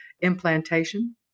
implantation